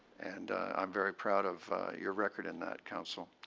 and i'm very proud of your record in that, council.